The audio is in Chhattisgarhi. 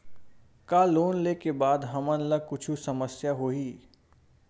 का लोन ले के बाद हमन ला कुछु समस्या होही?